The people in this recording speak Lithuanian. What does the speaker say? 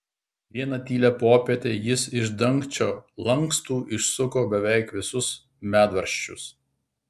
vieną tylią popietę jis iš dangčio lankstų išsuko beveik visus medvaržčius